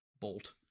Bolt